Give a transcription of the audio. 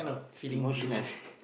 emotional